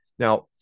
Now